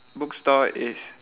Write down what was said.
bookstore is